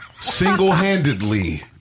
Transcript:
Single-handedly